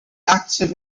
active